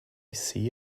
see